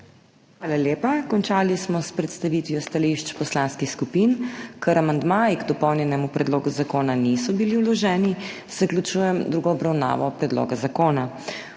Hvala lepa. Končali smo s predstavitvijo stališč poslanskih skupin. Ker amandmaji k dopolnjenemu predlogu zakona niso bili vloženi, zaključujem drugo obravnavo predloga zakona.